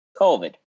COVID